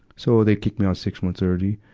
so, they kicked me out six months early.